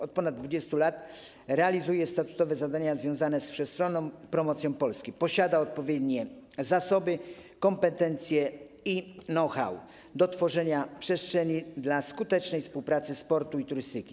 Od ponad 20 lat realizuje statutowe zadania związane z wszechstronną promocją Polski, posiada odpowiednie zasoby, kompetencje i know-how do tworzenia przestrzeni dla skutecznej współpracy sportu i turystyki.